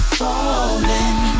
falling